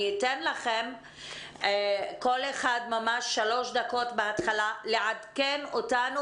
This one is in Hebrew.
אני אתן לכם כל אחד שלוש דקות בהתחלה לעדכן אותנו